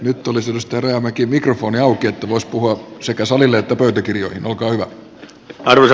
nyt tulisi nostaa rajamäki mikrofoni auki jos puhua sekä suomelle lopultakin arvoisa puhemies